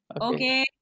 Okay